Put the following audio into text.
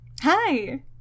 Hi